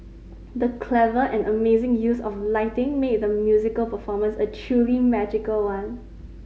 the clever and amazing use of lighting made the musical performance a truly magical one